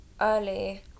early